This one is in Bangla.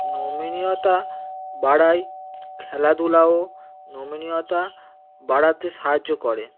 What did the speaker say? নমনীয়তা বাড়ায় খেলাধূলাও নমনীয়তা বাড়াতে সাহায্য করে